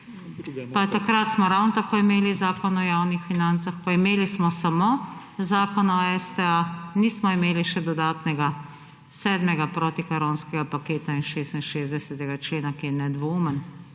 pa takrat smo ravno tako imeli Zakon o javnih financah pa imeli smo samo Zakon o STA nismo imeli še dodatnega sedmega protikoronskega paketa in 66. člena, ki je nedvoumen